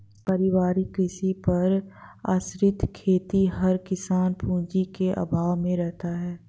पारिवारिक कृषि पर आश्रित खेतिहर किसान पूँजी के अभाव में रहता है